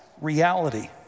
reality